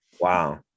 Wow